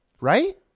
Right